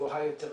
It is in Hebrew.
גבוהה יותר לחוף.